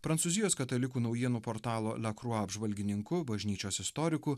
prancūzijos katalikų naujienų portalo lekrua apžvalgininku bažnyčios istoriku